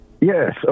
Yes